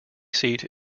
seat